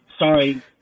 Sorry